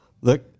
Look